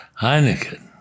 Heineken